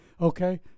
okay